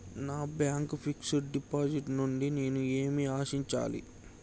నా bank fixed deposit నుండి నేను ఏమి ఆశించాలి?